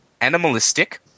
animalistic